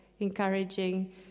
encouraging